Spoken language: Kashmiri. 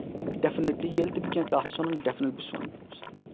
ڈیفنِٹلی ییٚلہِ تہِ بہٕ کانہہ کَتھ چھُس وَنان بہٕ چھُس وَنان پوٚز